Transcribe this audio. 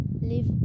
live